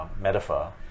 metaphor